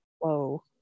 Whoa